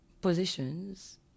positions